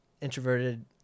introverted